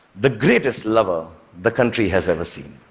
the greatest lover the country has ever seen.